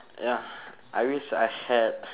ya I wish I had